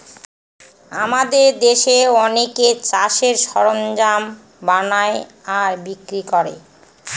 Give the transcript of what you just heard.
আমাদের দেশে অনেকে চাষের সরঞ্জাম বানায় আর বিক্রি করে